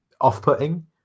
off-putting